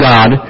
God